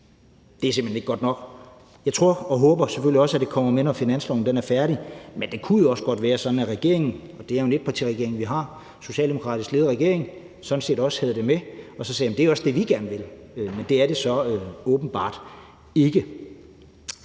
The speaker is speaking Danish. Det er simpelt hen ikke godt nok. Jeg tror og selvfølgelig også håber, at det kommer med, når finansloven er færdig, men det kunne jo også godt være sådan, at regeringen – og det er jo en etpartiregering, vi har, altså en socialdemokratisk ledet regering – sådan set også havde det med og sagde, at det også er det, de gerne vil. Men det er det så åbenbart ikke.